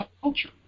culture